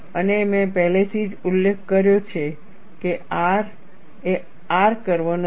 અને મેં પહેલેથી જ ઉલ્લેખ કર્યો છે કે R એ R કર્વ નથી